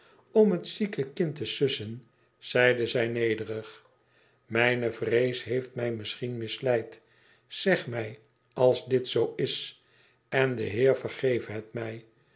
om het zieke kind te sussen zeide zij nederig mijne vrees heeft mij misschien misleid zeg mij als dit zoo is en de heer vergeve het mij